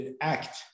act